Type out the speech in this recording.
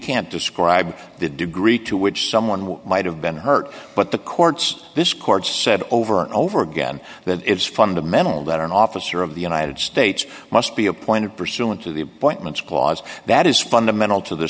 can't describe the degree to which someone might have been hurt but the courts this court said over and over again that it's fundamental that an officer of the united states must be appointed pursuant to the appointments clause that is fundamental to the